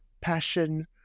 passion